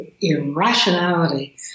irrationality